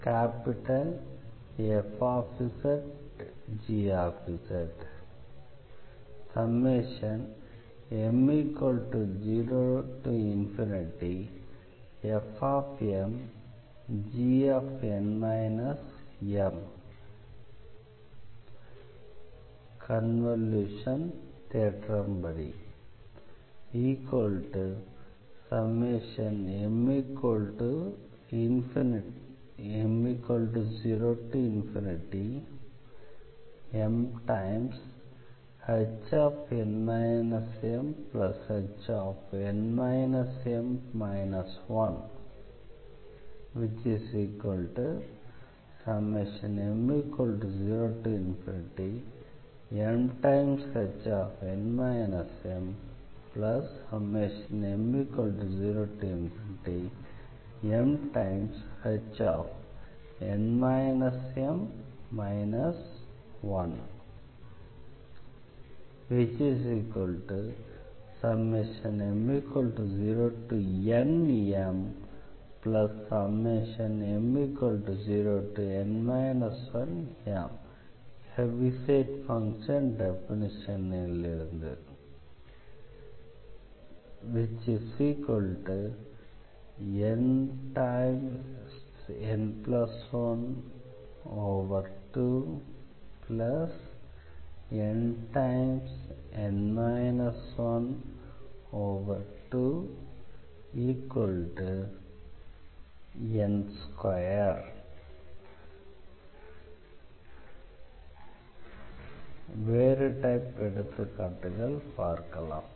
gn m convolution theorem m0mHn mHn m 1 m0mHn mm0mHn m 1 m0nmm0n 1m nn12nn 12n2 வேறு type எடுத்துக்காட்டுகள் பார்க்கலாம்